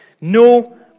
No